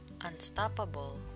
unstoppable